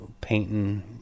painting